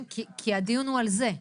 הדיון הוא על זה.